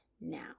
now